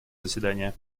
заседание